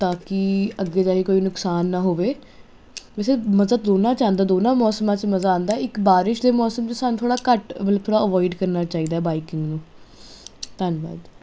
ਤਾਂ ਕਿ ਅੱਗੇ ਜਾ ਕੇ ਕੋਈ ਨੁਕਸਾਨ ਨਾ ਹੋਵੇ ਵੈਸੇ ਮਤਲਬ ਦੋਨਾਂ ਮਜ਼ਾ ਆਉਂਦਾ ਦੋਨਾਂ ਮੌਸਮਾਂ 'ਚ ਮਜ਼ਾ ਆਉਂਦਾ ਇੱਕ ਬਾਰਿਸ਼ ਦੇ ਮੌਸਮ 'ਚ ਸਾਨੂੰ ਥੋੜ੍ਹਾ ਘੱਟ ਮਤਲਬ ਅਵੋਇਡ ਕਰਨਾ ਚਾਹੀਦਾ ਬਾਈਕਿੰਗ ਨੂੰ ਧੰਨਵਾਦ